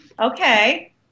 Okay